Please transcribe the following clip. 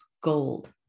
gold